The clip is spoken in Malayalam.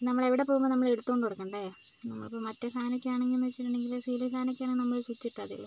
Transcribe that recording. നമ്മള് എവിടെ പോകുമ്പോളും നമ്മൾ എടുത്ത് കൊണ്ട് നടക്കണ്ടേ നമ്മളിപ്പോൾ മറ്റേ ഫാനൊക്കെയാണെന്നു വെച്ചിട്ടുണ്ടെങ്കില് സീലിംഗ് ഫാനൊക്കെ ആണെങ്കിൽ നമ്മള് സ്വിച്ച് ഇട്ടാൽ മതിയല്ലോ